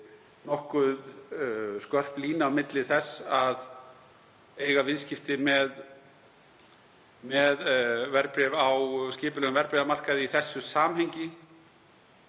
nokkuð skörp lína milli þess að eiga viðskipti með verðbréf á skipulegum verðbréfamarkaði í þessu samhengi